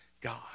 God